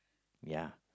ya